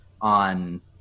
on